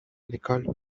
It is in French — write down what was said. l’école